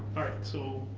alright so.